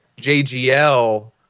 JGL